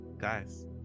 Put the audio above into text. Guys